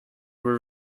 were